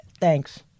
thanks